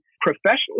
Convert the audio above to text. professionally